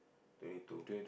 twenty two